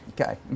Okay